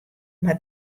mar